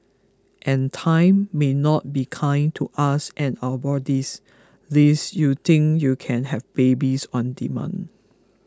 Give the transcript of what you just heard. and time may not be kind to us and our bodies lest you think you can have babies on demand